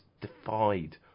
defied